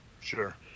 Sure